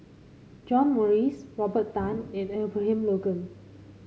John Morrice Robert Tan and Abraham Logan